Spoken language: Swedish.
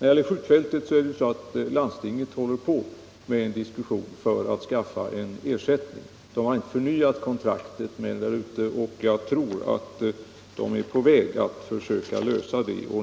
Landstinget diskuterar f. n. möjligheten att skaffa en ersättningsplats för skjutfältet. Kontraktet har inte förnyats, och jag tror att frågan är på väg att lösas.